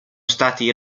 stati